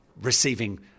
receiving